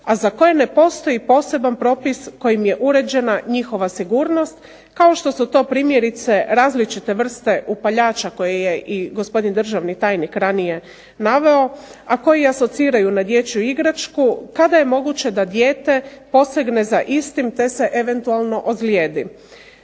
a za koje ne postoji poseban propis kojim je uređena njihova sigurnost kao što su to primjerice različite vrste upaljača koje je i gospodin državni tajnik ranije naveo, a koji asociraju na dječju igračku kada je moguće da dijete posegne za istim te se eventualno ozlijedi.